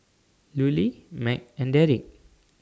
Lulie Mack and Darrick